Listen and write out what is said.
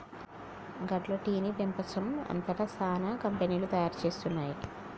గట్ల టీ ని పెపంచం అంతట సానా కంపెనీలు తయారు చేస్తున్నాయి